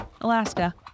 Alaska